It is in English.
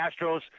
Astros